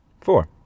four